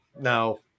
No